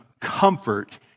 comfort